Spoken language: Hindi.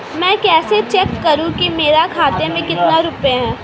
मैं कैसे चेक करूं कि मेरे खाते में कितने रुपए हैं?